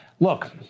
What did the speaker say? Look